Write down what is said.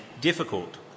difficult